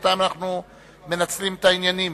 בינתיים אנחנו מנצלים את זמן לקידום העניינים.